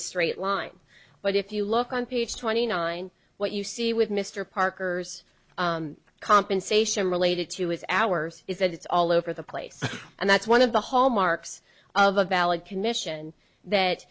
a straight line but if you look on page twenty nine what you see with mr parker's compensation related to his hours is that it's all over the place and that's one of the hallmarks of a valid commission that